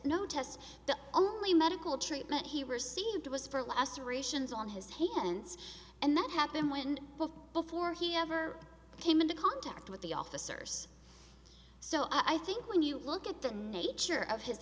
no tests the only medical treatment he received was for lacerations on his hands and that happened when before he ever came into contact with the officers so i think when you look at the nature of his